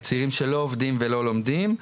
עובדים ולא לומדים.